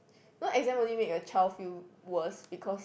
no exam only make a child feel worse because